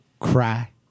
cry